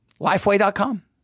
lifeway.com